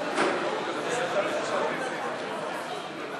מימון מוסדות חינוך מוכרים לא רשמיים),